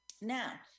Now